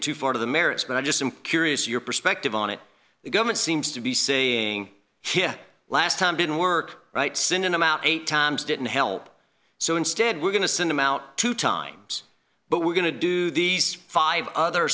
too far to the merits but i just i'm curious your perspective on it the government seems to be seeing here last time didn't work right synonym out eight times didn't help so instead we're going to send him out two times but we're going to do these five other